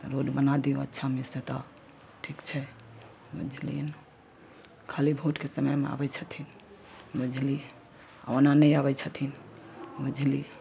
तऽ रोड बना दियौ अच्छामे सऽ तऽ ठीक छै बुझलियै ने खाली भोटके समयमे आबै छथिन बुझलियै आ ओना नहि आबै छथिन बुझलियै